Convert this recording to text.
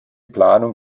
planung